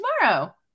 tomorrow